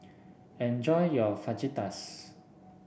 enjoy your Fajitas